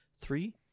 three